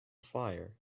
fire